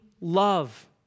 love